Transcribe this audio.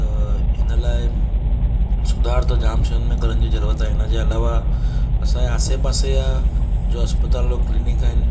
त इन लाइ सुधार त जाम शयुनि में करण जी ज़रूरत आहे इनजे अलावा असांजे आसे पासे आहे जो अस्पताल ऐं क्लीनिक आहिनि